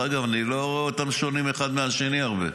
אני לא רואה אותם שונים האחד מהשני בהרבה.